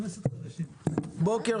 בוקר